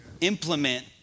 Implement